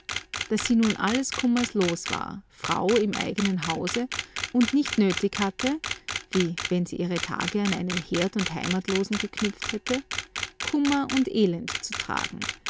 daß sie nun alles kummers los war frau im eigenen hause und nicht nötig hatte wie wenn sie ihre tage an einen herd und heimatlosen geknüpft hätte kummer und elend zu tragen